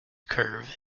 curve